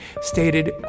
stated